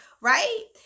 right